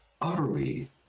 utterly